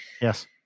Yes